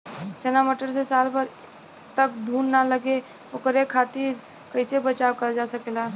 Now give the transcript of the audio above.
चना मटर मे साल भर तक घून ना लगे ओकरे खातीर कइसे बचाव करल जा सकेला?